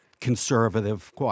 conservative